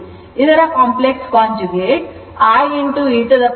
ಇದರ complex conjugate I e to the power j β ಆಗಿರುತ್ತದೆ